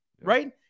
right